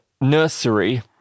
nursery